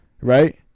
Right